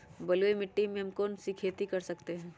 बलुई मिट्टी में हम कौन कौन सी खेती कर सकते हैँ?